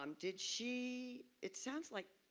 um did she? it sounds like,